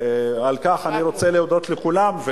על כך אני רוצה להודות לכולם,